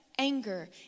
Anger